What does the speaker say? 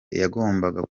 yagombaga